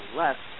less